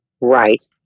Right